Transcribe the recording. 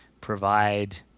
provide